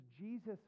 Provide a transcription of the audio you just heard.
Jesus